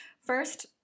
First